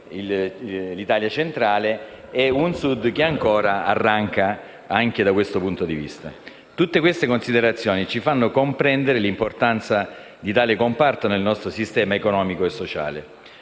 l'Italia centrale, con un Sud che ancora arranca anche da questo punto di vista. Tutte queste considerazioni ci fanno comprendere l'importanza di tale comparto nel nostro sistema economico e sociale.